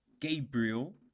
Gabriel